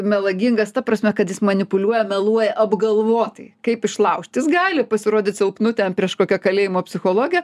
melagingas ta prasme kad jis manipuliuoja meluoja apgalvotai kaip išlaužt jis gali pasirodyt silpnu ten prieš kokią kalėjimo psichologę